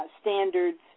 standards